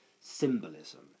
symbolism